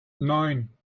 neun